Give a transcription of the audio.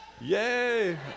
Yay